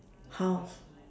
house